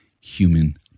human